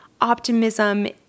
optimism